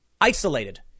isolated